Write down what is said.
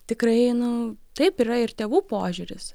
tikrai nu taip yra ir tėvų požiūris